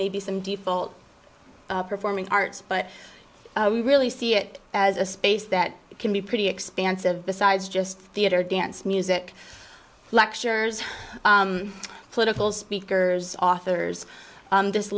maybe some default performing arts but we really see it as a space that can be pretty expansive besides just theater dance music lectures political speakers authors this